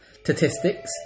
Statistics